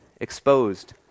exposed